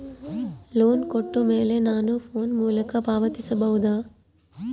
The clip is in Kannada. ಲೋನ್ ಕೊಟ್ಟ ಮೇಲೆ ನಾನು ಫೋನ್ ಮೂಲಕ ಪಾವತಿಸಬಹುದಾ?